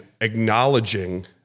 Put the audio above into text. acknowledging